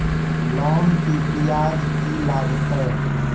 Loan के ब्याज की लागते?